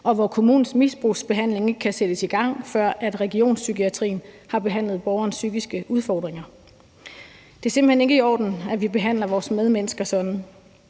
og hvor kommunens misbrugsbehandling ikke kan sættes i gang, før regionspsykiatrien har behandlet borgerens psykiske udfordringer. Det er simpelt hen ikke i orden, at vi behandler vores medmennesker sådan.